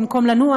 במקום לנוח,